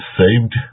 saved